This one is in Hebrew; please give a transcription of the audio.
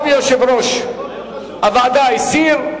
גם יושב-ראש הוועדה הסיר,